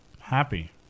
happy